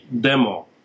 demo